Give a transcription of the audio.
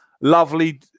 Lovely